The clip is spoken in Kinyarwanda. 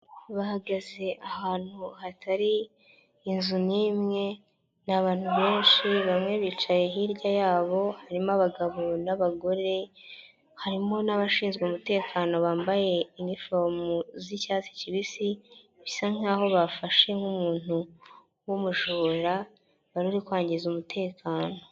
Bahagaze ahantu hatari inzu n'imwe ni abantu benshi bamwe bicaye hirya yabo harimo abagabo n'abagore harimo n'abashinzwe umutekano bambaye inifomu z'icyatsi kibisi, bisa nk'aho bafashe nk'umuntu w'umujura wari uri kwangiza umutekano.